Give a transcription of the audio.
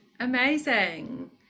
amazing